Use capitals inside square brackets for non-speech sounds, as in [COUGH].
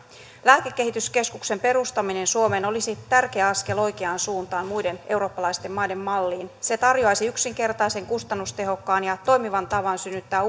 lääkekehityskeskuksen perustaminen suomeen olisi tärkeä askel oikeaan suuntaan muiden eurooppalaisten maiden malliin se tarjoaisi yksinkertaisen kustannustehokkaan ja toimivan tavan synnyttää [UNINTELLIGIBLE]